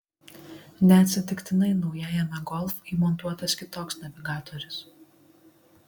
neatsitiktinai naujajame golf įmontuotas kitoks navigatorius